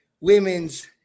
women's